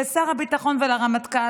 לשר הביטחון ולרמטכ"ל,